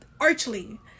archly